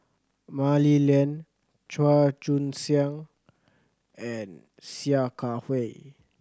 Mah Li Lian Chua Joon Siang and Sia Kah Hui